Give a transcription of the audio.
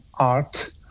art